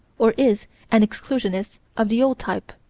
or is an exclusionist of the old type,